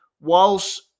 Whilst